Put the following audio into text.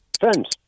Friends